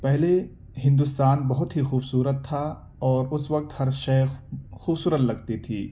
پہلے ہندوستان بہت ہی خوبصورت تھا اور اس وقت ہر شے خوبصورت لگتی تھی